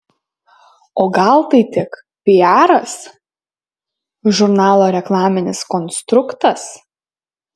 o gal tai tik piaras žurnalo reklaminis konstruktas